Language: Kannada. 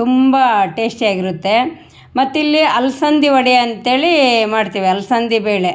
ತುಂಬ ಟೇಸ್ಟಿ ಆಗಿರುತ್ತೆ ಮತ್ತು ಇಲ್ಲಿ ಅಲಸಂದಿ ವಡೆ ಅಂತೇಳೀ ಮಾಡ್ತೇವೆ ಅಲಸಂದಿ ಬೇಳೆ